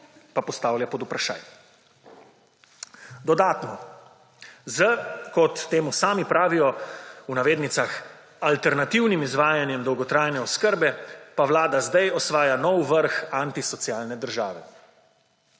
pa postavlja pred vprašaj. Dodatno, z, kot temu sami pravijo, v navednicah, alternativnim izvajanjem dolgotrajne oskrbe, pa Vlada zdaj osvaja nov vrh antisocialne države.